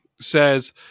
says